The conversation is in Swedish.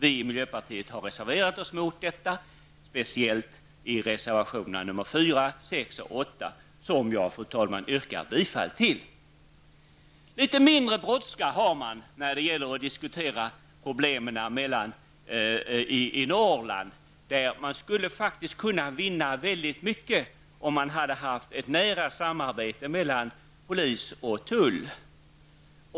Vi i miljöpartiet har reserverat oss mot detta, speciellt i reservationerna nr 4, 6 och 8, som jag, fru talman, yrkar bifall till. Litet mindre brådska har man när det gäller att diskutera problemen i Norrland. Man skulle faktiskt kunna vinna väldigt mycket, om man hade haft ett nära samarbete mellan polis och tull.